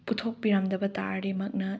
ꯄꯨꯊꯣꯛꯄꯤꯔꯝꯗꯕ ꯇꯥꯔꯗꯤ ꯃꯍꯥꯛꯅ